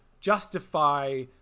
justify